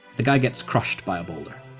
the guy gets crushed by a boulder.